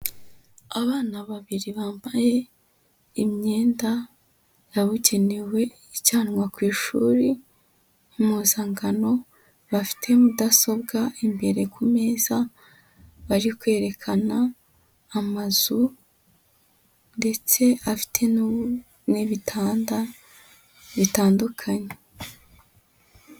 Abana babiri bambaye, imyenda yabugenewe ijyanwa ku ishuri impuzangano, bafite mudasobwa imbere ku meza, bari kwerekana, amazu ndetse afite n'ibitanda bitandukanye.